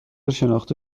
شناخته